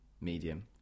medium